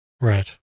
Right